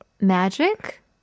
magic